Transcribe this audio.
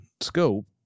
scope